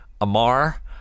Amar